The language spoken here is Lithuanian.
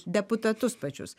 deputatus pačius